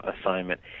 assignment